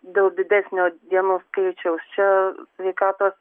dėl didesnio dienų skaičiaus čia sveikatos